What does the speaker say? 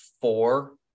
four